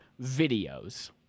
videos